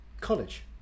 College